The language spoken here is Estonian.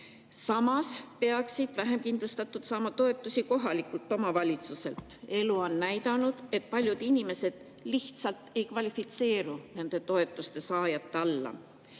Samas peaksid vähem kindlustatud saama toetusi kohalikult omavalitsuselt. Elu on näidanud, et paljud inimesed lihtsalt ei kvalifitseeru nende toetuste saajateks.